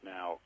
Now